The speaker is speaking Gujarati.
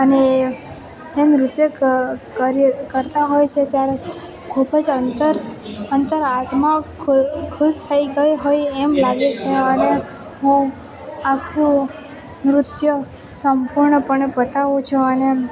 અને એ નૃત્ય ક કરીએ કરતાં હોય છે ત્યારે ખૂબ જ અંતર અંતરઆત્મા ખુશ થઈ ગઈ એમ લાગે છે અને હું આખું નૃત્ય સંપૂર્ણપણે પતાવું છું અને